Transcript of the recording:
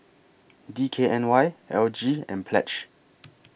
D K N Y L G and Pledge